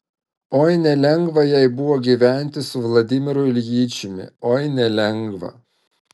oi nelengva jai buvo gyventi su vladimiru iljičiumi oi nelengva